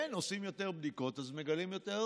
כן, עושים יותר בדיקות אז מגלים יותר.